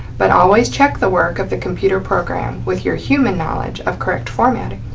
but always check the work of the computer program with your human knowledge of correct formatting.